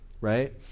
right